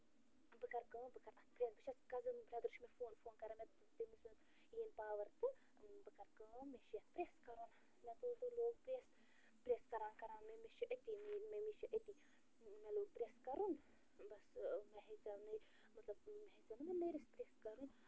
بہٕ کرٕ کٲم بہٕ کرٕ اتھ پرٛٮ۪س بہٕ چھَس کزن برٮ۪در چھُ مےٚ فون فون کَران مےٚ تٔمِس ووٚن یِیِن پاور تہٕ بہٕ کرٕ کٲم مےٚ چھُ یَتھ پرٛٮ۪س کَرُن مےٚ تُل تہٕ لوگ پرٛٮ۪س پرٛٮ۪س کَران کَران ممی چھِ أتی میٛٲنۍ ممی چھِ أتی مےٚ لوگ پرٛٮ۪س کَرُن بس وَنہِ ہیٚژیو مےٚ مطلب مےٚ ہیٚژے نا وَنہِ نٔرِس پرٛٮ۪س کَرُن